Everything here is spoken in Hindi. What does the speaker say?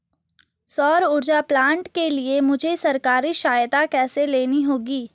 सौर ऊर्जा प्लांट के लिए मुझे सरकारी सहायता कैसे लेनी होगी?